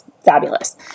fabulous